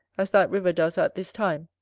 as that river does at this time,